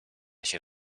się